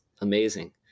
amazing